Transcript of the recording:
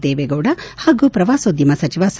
ದೇವೇಗೌಡ ಹಾಗೂ ಶ್ರವಾಸೋದ್ಧಮ ಸಚಿವ ಸಾ